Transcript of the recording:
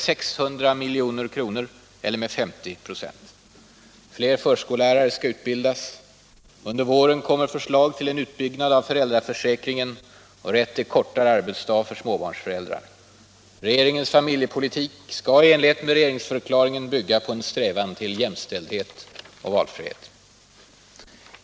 Fler förskollärare skall utbildas. Regeringens familjepolitik skall i enlighet med regeringsförklaringen bygga på en strävan efter jämställdhet och valfrihet.